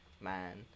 man